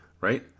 right